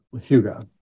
Hugo